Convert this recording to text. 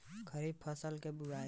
खरीफ फसल क बुवाई कौन महीना में होला?